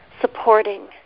supporting